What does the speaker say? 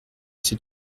c’est